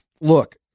look